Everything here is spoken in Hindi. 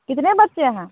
कितने बच्चे हैं